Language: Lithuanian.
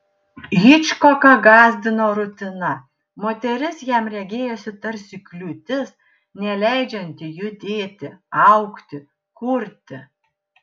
hičkoką gąsdino rutina moteris jam regėjosi tarsi kliūtis neleidžianti judėti augti kurti